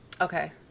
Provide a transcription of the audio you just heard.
Okay